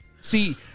See